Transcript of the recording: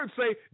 say